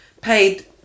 paid